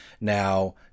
Now